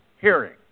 hearing